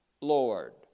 Lord